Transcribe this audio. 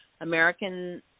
American